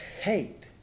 hate